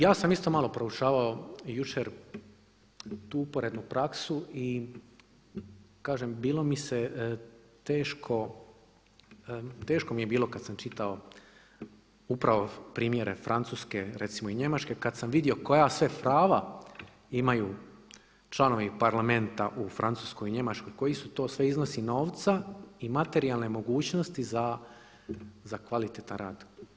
Ja sam isto malo proučavao i jučer tu uporednu praksu i kažem bilo mi se teško, teško mi je bilo kad sam čitao upravo primjere Francuske recimo i Njemačke kad sam vidio koja sve prava imaju članovi Parlamenta u Francuskoj i Njemačkoj, koji su to sve iznosi novca i materijalne mogućnosti za kvalitetan rad.